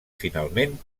finalment